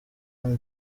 côte